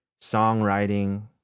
songwriting